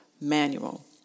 manual